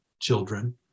children